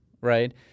right